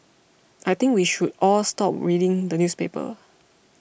I think we should all stop reading the newspaper